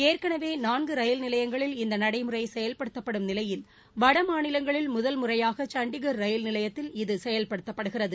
ஏற்கனவே நான்கு ரயில் நிலையங்களில் இந்த நடைமுறை செயல்படுத்தப்படும் நிலையில் வட மாநிலங்களில் முதல்முறையாக சண்டிகர் ரயில் நிலையத்தில் இது செயல்படுத்தப்படுகிறது